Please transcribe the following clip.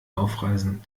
aufreißen